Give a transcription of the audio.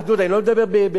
אני לא מדבר במצב,